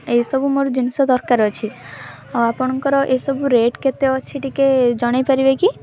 ଏସବୁ ମୋର ଜିନିଷ ଦରକାର ଅଛି ଆଉ ଆପଣଙ୍କର ଏସବୁ ରେଟ୍ କେତେ ଅଛି ଟିକେ ଜଣାଇ ପାରିବେ କି